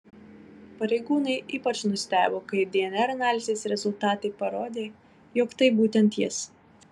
pareigūnai ypač nustebo kai dnr analizės rezultatai parodė jog tai būtent jis